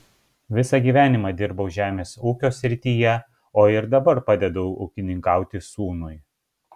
visą gyvenimą dirbau žemės ūkio srityje o ir dabar padedu ūkininkauti sūnui